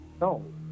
No